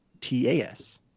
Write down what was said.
TAS